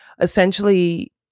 essentially